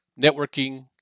networking